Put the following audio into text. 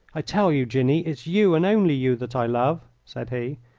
i tell you, jinny, it's you and only you that i love, said he.